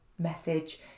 message